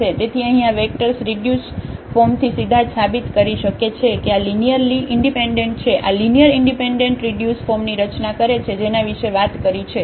તેથી અહીં આ વેક્ટર્સ રીડ્યુસ ફોર્મથી સીધા જ સાબિત કરી શકે છે કે આ લિનિયરલી ઇન્ડિપેન્ડન્ટ છે આ લિનિયર ઇન્ડિપેન્ડન્ટ રીડ્યુસ ફોર્મની રચના કરે છે જેના વિશે વાત કરી છે